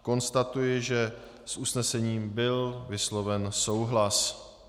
Konstatuji, že s usnesením byl vysloven souhlas.